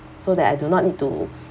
so that I do not need to